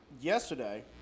yesterday